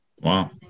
wow